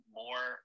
more